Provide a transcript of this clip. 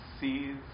sees